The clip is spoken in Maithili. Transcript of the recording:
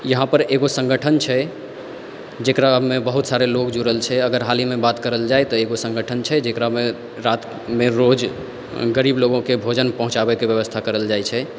यहाँपर एगो संगठन छै जकरामे बहुत सारे लोग जुड़ल छै अगर हालहिमे बात करल जाइ तऽ एगो संगठन छै जकरामे रातिमे रोज गरीब लोकके भोजन पहुँचाबैके बेबस्था करल जाइ छै